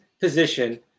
position